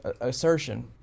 assertion